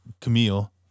Camille